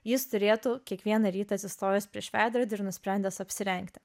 jis turėtų kiekvieną rytą atsistojęs prieš veidrodį ir nusprendęs apsirengti